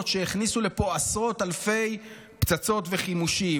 שהכניסו לפה עשרות אלפי פצצות וחימושים,